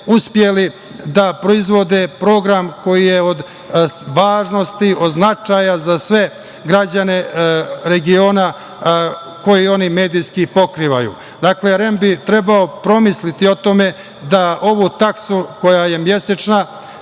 uspeli da proizvode program koji je od važnosti, od značaja za sve građane regiona koji oni medijski pokrivaju. Dakle, REM bi trebao promisliti o tome da ovu taksu koja je mesečna,